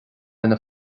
ina